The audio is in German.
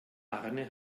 arne